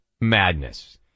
madness